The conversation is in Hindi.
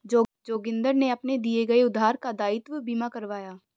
जोगिंदर ने अपने दिए गए उधार का दायित्व बीमा करवाया